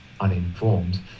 uninformed